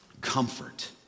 comfort